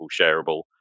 shareable